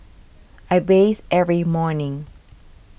I bathe every morning